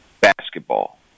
basketball